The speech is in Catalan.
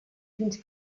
fins